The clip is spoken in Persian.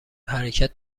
حرکت